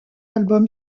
album